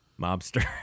mobster